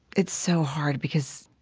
it's so hard because,